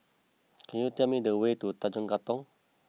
can you tell me the way to Tanjong Katong